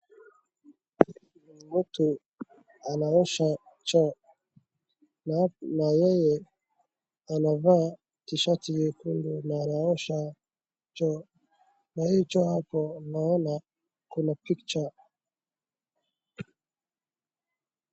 Mtu anaosha choo na yeye anavaa t-shati nyekundu na anaosha choo na hii choo hapo naona kuna picha.